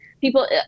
People